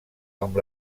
amb